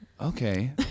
Okay